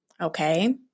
Okay